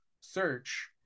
search